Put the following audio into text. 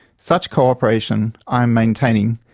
such co-operation, i am maintaining,